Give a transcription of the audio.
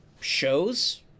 shows